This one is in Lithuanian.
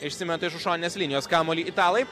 išsimeta iš už šoninės linijos kamuolį italai